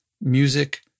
music